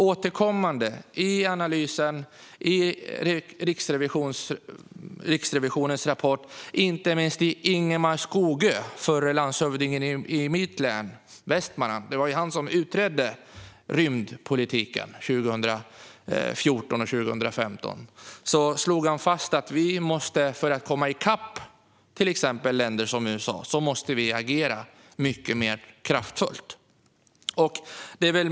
Återkommande i analysen, i Riksrevisionens rapport och inte minst i Ingemar Skogös utredning - förre landshövdingen i mitt län, Västmanland, utredde ju rymdpolitiken 2014 och 2015 - slås det fast att vi för att komma i kapp länder som USA måste agera mycket kraftfullare.